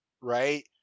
right